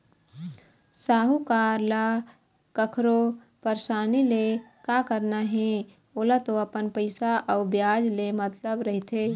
साहूकार ल कखरो परसानी ले का करना हे ओला तो अपन पइसा अउ बियाज ले मतलब रहिथे